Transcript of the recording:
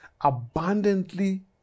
abundantly